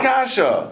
Kasha